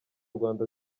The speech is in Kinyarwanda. rwanda